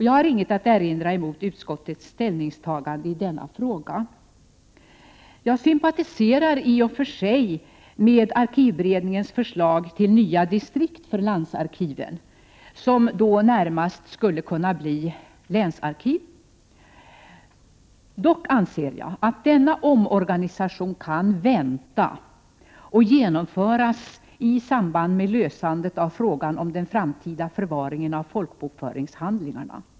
Jag har inget att erinra emot utskottets ställningstagandei denna fråga. Jag sympatiserar i och för sig med arkivberedningens förslag till nya distrikt för landsarkiven, som då närmast skulle kunna bli länsarkiv. Dock anser jag att denna omorganisation kan vänta och genomföras i samband med lösandet av frågan om den framtida förvaringen av folkbokföringshandlingarna.